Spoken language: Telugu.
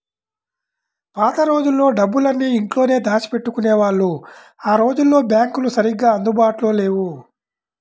పాత రోజుల్లో డబ్బులన్నీ ఇంట్లోనే దాచిపెట్టుకునేవాళ్ళు ఆ రోజుల్లో బ్యాంకులు సరిగ్గా అందుబాటులో లేవు